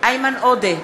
איימן עודה,